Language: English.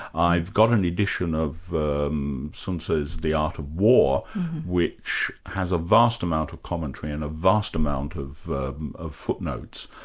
i've got an edition of um sun tzu's the art of war which has a vast amount of commentary and a vast amount of of footnotes,